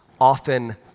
often